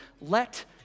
let